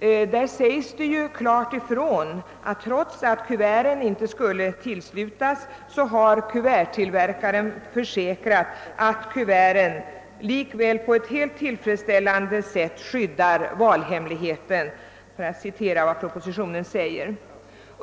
Det sägs klart ifrån i propositionen, att trots att kuverten inte skulle tillslutas, så har kuverttillverkaren försäkrat att kuverten likväl på ett helt tillfredsställande sätt skyddar valhemligheten.